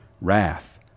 wrath